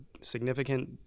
significant